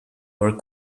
were